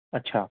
अच्छा